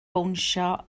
bownsio